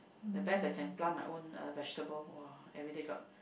the best I can plant my own vegetable !wah! everyday got